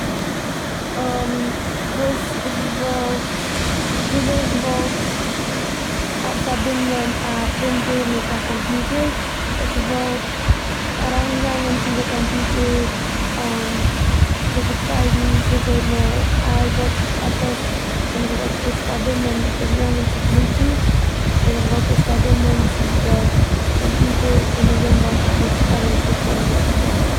וואס כ'וואלט- וויזוי איך וואלט א- פארבינדן א פרינטער מיט א קאמפיוטער. כ'וואלט אריינגעגאנגען צו די קומפיוטער די געצייגן וויזוי מ'ארבעט אויף עס, און איך וואלט עס פארבינדן צו די קומפיוטער און נאכדעם וואלט איך עס ארויסגעפרינט וואס איך דארף.